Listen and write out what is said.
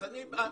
אז אני בעד.